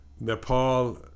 Nepal